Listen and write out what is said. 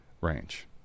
range